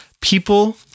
people